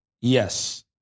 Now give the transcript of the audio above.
Yes